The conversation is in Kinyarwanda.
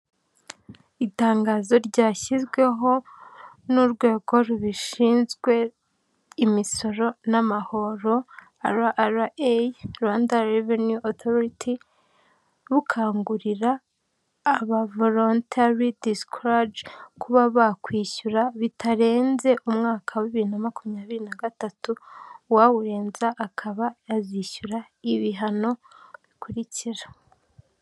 Itangazo ryashyizweho n'urwego rubishinzwe imisoro n'amahoro, RRA Rwanda Revenue Authority, rukangurira aba voluntery disclosure kuba bakwishyura bitarenze umwaka wa bibiri na makumyabiri na gatatu, uwawurenza akaba yazishyura ibihano bikurikira.